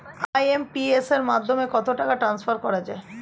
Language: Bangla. আই.এম.পি.এস এর মাধ্যমে কত টাকা ট্রান্সফার করা যায়?